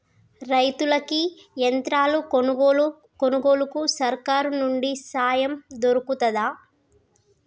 రైతులకి యంత్రాలు కొనుగోలుకు సర్కారు నుండి సాయం దొరుకుతదా?